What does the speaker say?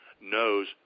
knows